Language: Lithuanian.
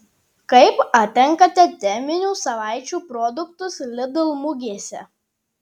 kaip atrenkate teminių savaičių produktus lidl mugėse